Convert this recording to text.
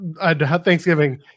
Thanksgiving